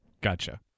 gotcha